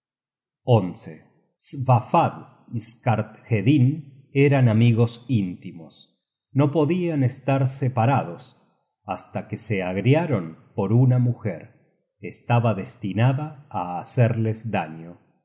skarthedin eran amigos íntimos no podian estar separados hasta que se agriaron por una mujer estaba destinada á hacerles daño